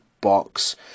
box